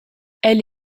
elle